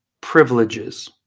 privileges